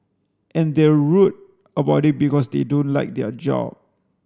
and they're rude about it because they don't like their job